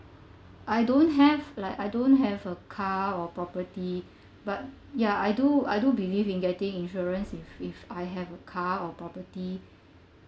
I don't have like I don't have a car or property but ya I do I do believe in getting insurance if if I have a car or property